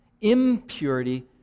Impurity